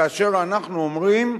כאשר אנחנו אומרים: